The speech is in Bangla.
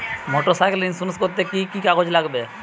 মোটরসাইকেল ইন্সুরেন্স করতে কি কি কাগজ লাগবে?